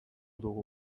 dugu